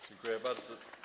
Dziękuję bardzo.